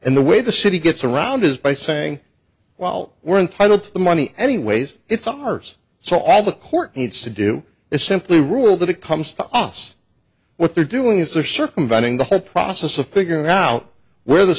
and the way the city gets around is by saying well we're entitled to the money anyways it's a farce so all the court needs to do is simply rule that it comes to us what they're doing is they're circumventing the whole process of figuring out where the